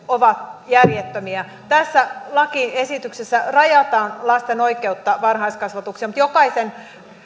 ovat järjettömiä tässä lakiesityksessä rajataan lasten oikeutta varhaiskasvatukseen mutta jokaisella